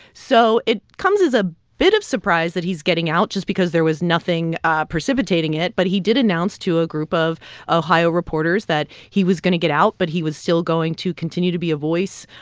so it comes as a bit of surprise that he's getting out just because there was nothing precipitating it. but he did announce to a group of ohio reporters that he was going to get out, but he was still going to continue to be a voice,